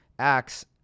acts